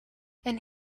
and